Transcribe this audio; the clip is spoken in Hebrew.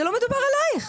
לא מדובר עליך.